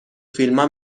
فیلما